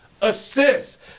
assists